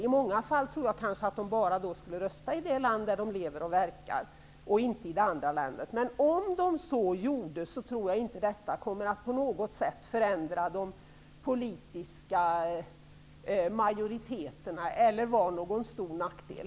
I många fall tror jag att vederbörande skulle rösta bara i det land där de lever och verkar, men om de skulle rösta i båda länderna, tror jag inte att detta skulle på något sätt förändra de politiska majoriteterna eller vara någon stor nackdel.